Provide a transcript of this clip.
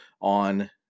on